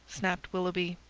snapped willoughby.